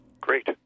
Great